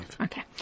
Okay